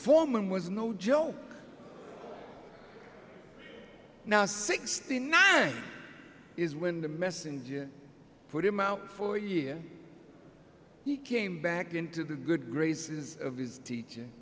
foreman was no joke now sixty nine is when the messenger put him out for year he came back into the good graces of his teach